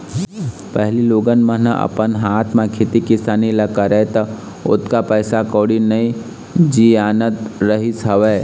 पहिली लोगन मन ह अपन हाथ म खेती किसानी ल करय त ओतका पइसा कउड़ी नइ जियानत रहिस हवय